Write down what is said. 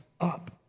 up